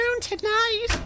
tonight